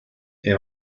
est